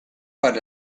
para